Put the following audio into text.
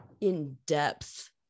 in-depth